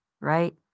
right